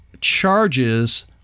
charges